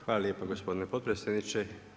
Hvala lijepa gospodine potpredsjedniče.